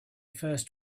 first